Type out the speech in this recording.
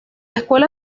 escuela